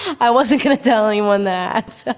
i wasn't gonna tell anyone that.